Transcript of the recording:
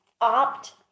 opt